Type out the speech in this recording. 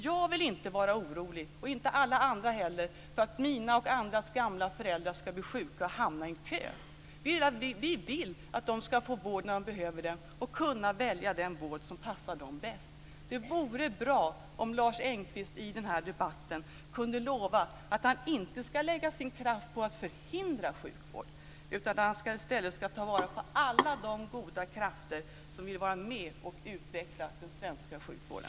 Jag och alla andra vill inte vara oroliga för att våra gamla föräldrar ska bli sjuka och hamna i en kö. Vi vill att de ska få vård när de behöver den och kunna välja den vård som passar dem bäst. Det vore bra om Lars Engqvist i den här debatten kunde lova att han inte ska lägga sin kraft på att förhindra sjukvård utan att han i stället ska ta vara på alla de goda krafter som vill vara med och utveckla den svenska sjukvården.